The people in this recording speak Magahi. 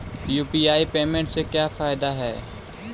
यु.पी.आई पेमेंट से का फायदा है?